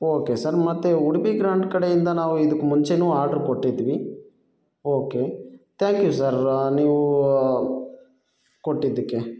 okay sir ಮತ್ತು Udupi grand ಕಡೆಯಿಂದ ನಾವು ಇದಕ್ಕೆ ಮುಂಚೆನೂ ಆರ್ಡ್ರು ಕೊಟ್ಟಿದ್ವಿ ಓಕೆ ತ್ಯಾಂಕ್ ಯೂ ಸರ್ ನೀವು ಕೊಟ್ಟಿದ್ದಕ್ಕೆ